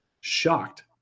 shocked